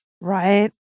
Right